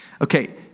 Okay